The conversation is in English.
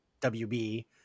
WB